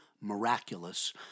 miraculous